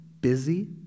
busy